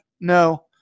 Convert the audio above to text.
no